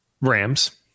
Rams